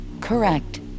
Correct